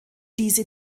diese